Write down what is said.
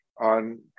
on